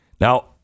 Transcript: Now